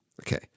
Okay